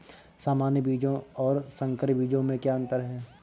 सामान्य बीजों और संकर बीजों में क्या अंतर है?